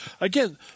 Again